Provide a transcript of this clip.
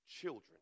children